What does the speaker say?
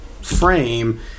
frame